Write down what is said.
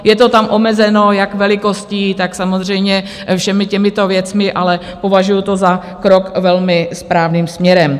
Je to tam omezeno jak velikostí, tak samozřejmě všemi těmito věcmi, ale považuju to za krok velmi správným směrem.